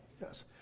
Yes